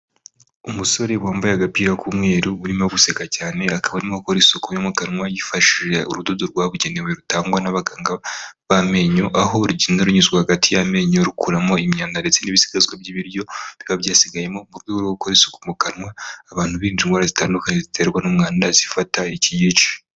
Umusore wambaye agapira k'umweru urimo guseka cyane, akaba arimo gukora isuku yo mu kanwa yifashishije urudodo rwabugenewe rutangwa n'abaganga b'amenyo, aho rugenda runyuzwa hagati y'amenyo rukuramo imyanda ndetse n'ibisigazwa by'ibiryo biba byasigayemo, mu rwego rwo gukora isuku mu kanwa abantu birinda indwara zitandukanye ziterwa n'umwanda zifata iki gice.